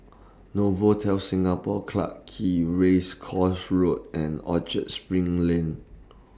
Novotel Singapore Clarke Quay Race Course Road and Orchard SPRING Lane